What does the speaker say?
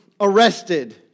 arrested